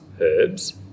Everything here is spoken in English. herbs